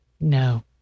No